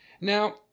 Now